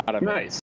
Nice